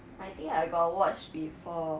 I think I got watch before